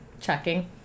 Checking